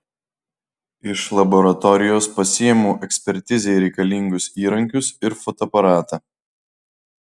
iš laboratorijos pasiimu ekspertizei reikalingus įrankius ir fotoaparatą